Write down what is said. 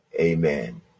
amen